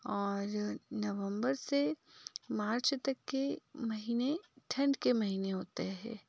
और नवम्बर से मार्च तक के महीने ठंड के महीने होते हैं